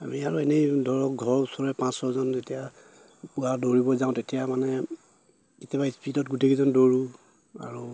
আমি আৰু এনেই ধৰক ঘৰ ওচৰে পাঁচ ছজন যেতিয়া পুৱা দৌৰিব যাওঁ তেতিয়া মানে কেতিয়াবা স্পীডত গোটেইকেইজন দৌৰোঁ আৰু